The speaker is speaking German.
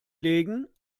legen